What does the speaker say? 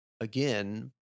again